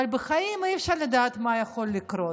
אבל בחיים אי-אפשר לדעת מה יכול לקרות.